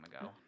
ago